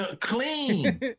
clean